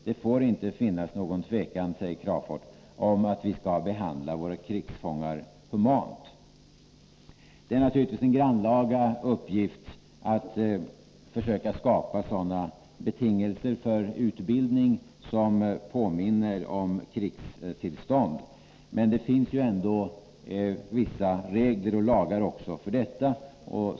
”Det får inte finnas någon tvekan”, säger Crafoord, ”om att vi skall behandla våra krigsfångar humant.” Det är naturligtvis en grannlaga uppgift att försöka skapa sådana betingelser för utbildning som påminner om krigstillstånd, men det finns ju ändå vissa regler och lagar också för detta.